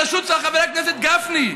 בראשות חבר הכנסת גפני,